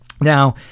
now